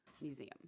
museum